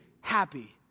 happy